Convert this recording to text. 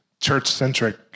church-centric